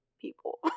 people